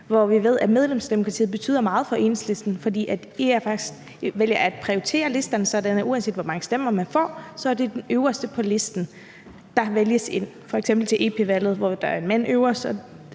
Vi ved, at medlemsdemokratiet betyder meget for Enhedslisten, fordi I faktisk vælger at prioritere listerne, sådan at uanset hvor mange stemmer man får, er det den øverste på listen, der vælges ind, f.eks. til europaparlamentsvalget, hvor der er en mand øverst,